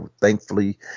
thankfully